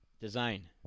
design